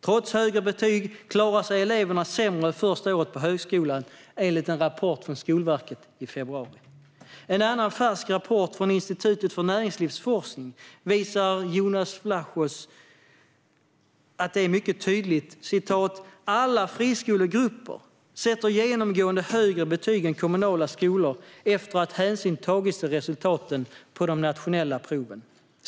Trots högre betyg klarar sig eleverna sämre första året på högskolan, enligt en rapport från Skolverket från februari. I en annan färsk rapport, från Institutet för Näringslivsforskning, visar Jonas Vlachos mycket tydligt att alla friskolegrupper genomgående sätter högre betyg än kommunala skolor efter att hänsyn tagits till resultaten på de nationella proven.